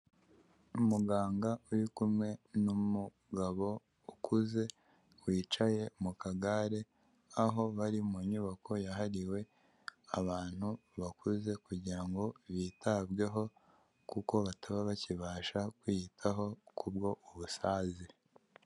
Umuganga uri kumwe n'umugabo ukuze wicaye mu kagare, aho bari mu nyubako yahariwe abantu bakuze kugira ngo bitabweho kuko bataba bakibasha kwiyitaho kubwo ubusaze.